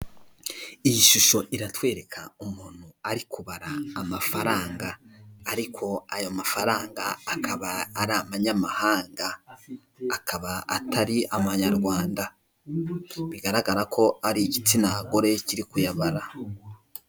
Iyi shusho iratwereka umuntu ari kubara amafaranga ariko aya mafaranga akaba ari amanyamahanga akaba atari amanyarwanda, bigaragara ko ari igitsina gore kiri kuyabara.